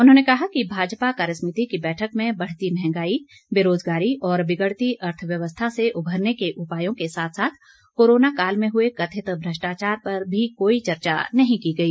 उन्होंने कहा कि भाजपा कार्य समिति की बैठक में बढ़ती महंगाई बेरोजगारी और बिगड़ती अर्थव्यवस्था से उभरने के उपायों के साथ साथ कोरोना काल में हुए कथित भ्रष्टाचार पर भी कोई चर्चा नहीं की गई